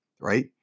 right